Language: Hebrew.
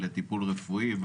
לטיפול רפואי,